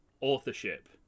authorship